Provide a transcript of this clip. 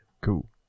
Cool